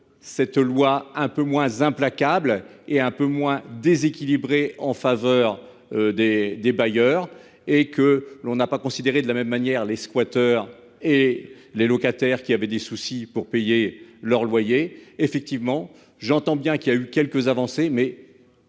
cette loi un peu moins implacable et un peu moins déséquilibré en faveur des des bailleurs et que l'on n'a pas considéré de la même manière les squatteurs et les locataires qui avaient des soucis pour payer leur loyer. Effectivement j'entends bien qu'il a eu quelques avancées mais.